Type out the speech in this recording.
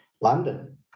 London